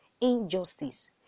injustice